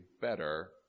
better